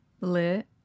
Lit